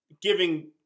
giving